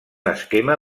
esquema